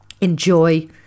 enjoy